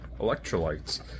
Electrolytes